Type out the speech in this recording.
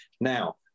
Now